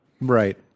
right